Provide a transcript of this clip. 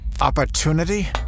Opportunity